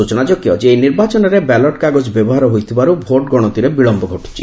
ସୂଚନା ଯୋଗ୍ୟ ଯେ ଏହି ନିର୍ବାଚନରେ ବାଲଟ କାଗଜ ବ୍ୟବହାର ହୋଇଥିବାରୁ ଭୋଟ ଗଣତିରେ ବିଳମ୍ଘ ଘଟୁଛି